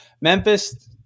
Memphis